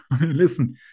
Listen